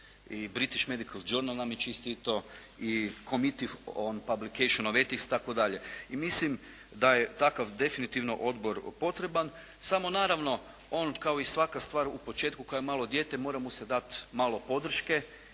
I British Medical Journey nam je čestitao i Commity Public of …/Govornik se ne razumije./… itd. I mislim da je takav definitivno odbor potreban. Samo naravno on kao i svaka stvar u početku koja je kao malo dijete, mora mu se dat malo podrške